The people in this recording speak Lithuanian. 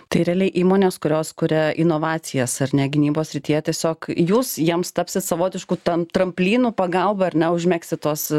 tai realiai įmonės kurios kuria inovacijas ar ne gynybos srityje tiesiog jūs jiems tapsit savotišku tam tramplynu pagalba ar ne užmegzti tuos